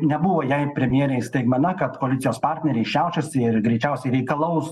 nebuvo jai premjerei staigmena kad koalicijos partneriai šiaušiasi ir greičiausiai reikalaus